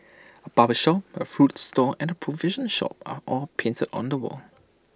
A barber shop A fruit stall and A provision shop are all painted on the wall